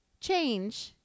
change